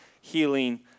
healing